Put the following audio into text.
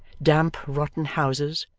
damp rotten houses,